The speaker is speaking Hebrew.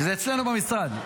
שזה אצלנו במשרד.